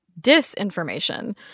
disinformation